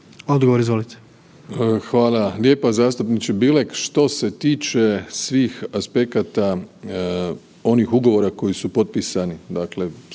Andrej (HDZ)** Hvala lijepa zastupniče Bilek. Što se tiče svih aspekata onih ugovora koji su potpisani, dakle